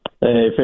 Hey